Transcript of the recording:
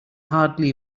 hardly